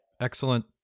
excellent